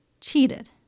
cheated